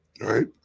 Right